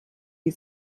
die